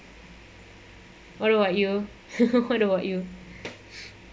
what about you what about you